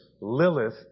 Lilith